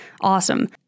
awesome